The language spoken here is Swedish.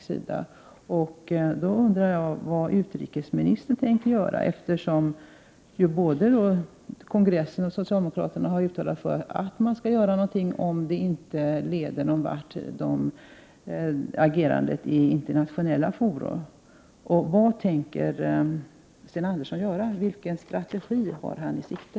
Jag undrar vad utrikesministern tänker företa sig, eftersom både kongressen och socialdemokraterna har uttalat sig för att man skall göra någonting, om agerandet i internationella fora inte leder någonvart. Vilken strategi har Sten Andersson i sikte?